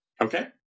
Okay